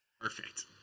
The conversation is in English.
Perfect